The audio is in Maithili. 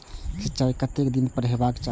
सिंचाई कतेक दिन पर हेबाक चाही?